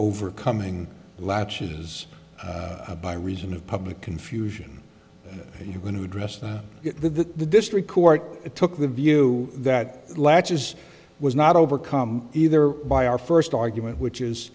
overcoming latches a by reason of public confusion and you're going to address it to the district court took the view that latches was not overcome either by our first argument which is